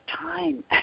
time